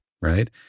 right